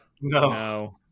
No